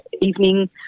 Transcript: evening